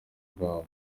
bwabo